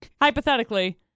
Hypothetically